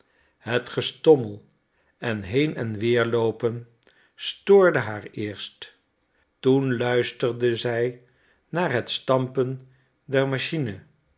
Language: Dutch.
het gestommel en heenen weerloopen stoorde haar eerst toen luisterde zij naar het stampen der machine